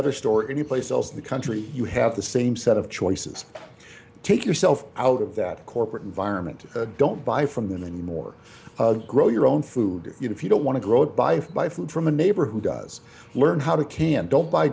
other store any place else in the country you have the same set of choices take yourself out of that corporate environment don't buy from them anymore grow your own food if you don't want to grow by my food from a neighbor who does learn how to can't don't buy